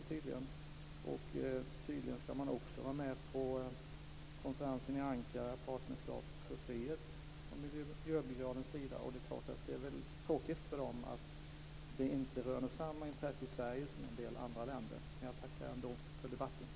Tydligen skall miljöbrigaden också vara med på konferensen i Ankara med Partnerskap för fred. Det är klart att det är tråkigt för dem att de inte röner samma intresse i Sverige som i en del andra länder. Jag tackar ändå för debatten.